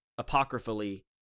apocryphally